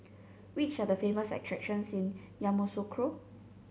which are the famous attractions in Yamoussoukro